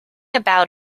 about